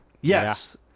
Yes